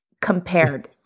compared